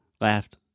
laughed